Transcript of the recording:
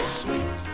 sweet